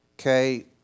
Okay